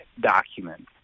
document